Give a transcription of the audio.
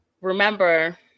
remember